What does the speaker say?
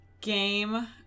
game